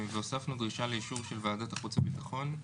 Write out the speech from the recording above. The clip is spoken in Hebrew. והוספנו דרישה לאישור של ועדת החוץ והביטחון.